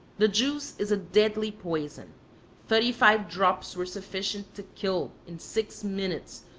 the juice is a deadly poison thirty-five drops were sufficient to kill, in six minutes,